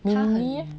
mindy